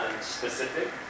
specific